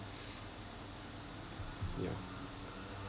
yeah